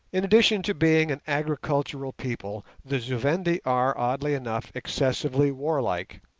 in addition to being an agricultural people, the zu-vendi are, oddly enough, excessively warlike,